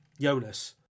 Jonas